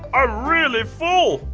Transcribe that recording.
um really full!